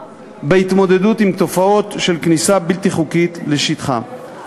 בהתמודדות עם תופעות של כניסה בלתי חוקית לשטחן.